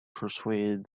persuaded